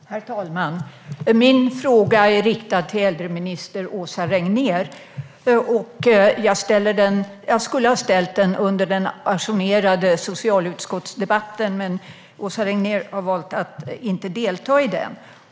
Herr talman! Min frågar riktar jag till äldreminister Åsa Regnér. Jag skulle ha ställt den under den ajournerade socialutskottsdebatten, men Åsa Regnér har valt att inte delta i den.